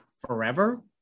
forever